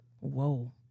Whoa